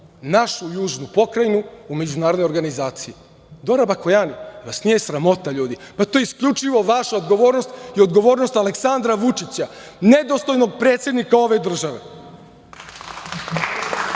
našu južnu pokrajinu u međunarodnoj organizaciji. Dora Bakojani? Zar vas nije sramota, ljudi? To je isključivo vaša odgovornost i odgovornost Aleksandra Vučića, nedostojnog predsednika ove države.Zašto